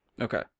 Okay